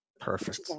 Perfect